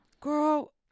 Girl